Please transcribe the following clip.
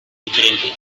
diferentes